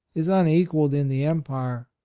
is unequalled in the empire.